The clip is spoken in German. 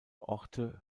orte